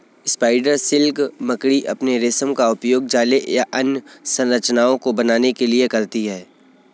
spider silk मकड़ी अपने रेशम का उपयोग जाले या अन्य संरचनाओं को बनाने के लिए करती हैं